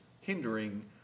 hindering